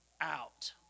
out